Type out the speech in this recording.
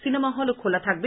cinema হলও খোলা থাকবে